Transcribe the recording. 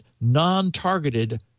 non-targeted